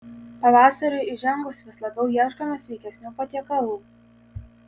pavasariui įžengus vis labiau ieškome sveikesnių patiekalų